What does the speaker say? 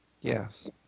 Yes